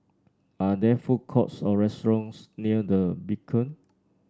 are there food courts or restaurants near The Beacon